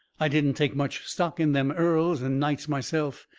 i didn't take much stock in them earls and nights myself.